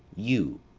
you,